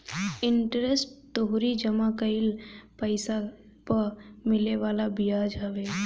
interest तोहरी जमा कईल पईसा पअ मिले वाला बियाज हवे